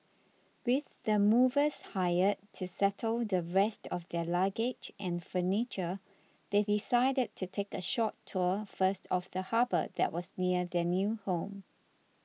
with the movers hired to settle the rest of their luggage and furniture they decided to take a short tour first of the harbour that was near their new home